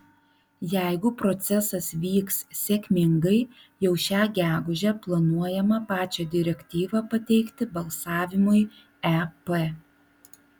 jeigu procesas vyks sėkmingai jau šią gegužę planuojama pačią direktyvą pateikti balsavimui ep